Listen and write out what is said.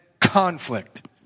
conflict